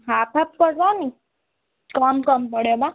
half ହାପ୍ କରି ଦେବାନି କମ କମ ପଡ଼ିବ ବା